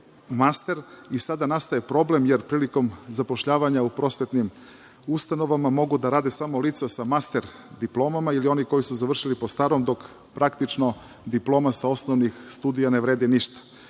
master i sada nastaje problem, jer prilikom zapošljavanja u prosvetnim ustanovama mogu da rade samo lica sa master diplomama, ili oni koji su završili po starom, dok praktično diploma sa osnovnih studija ne vredi ništa.